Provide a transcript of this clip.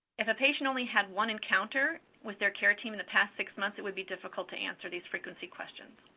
if a patient only had one encounter with their care team in the past six months, it would be difficult to answer these frequency questions.